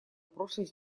прошлой